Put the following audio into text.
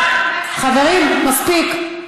חברים, מספיק.